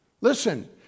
listen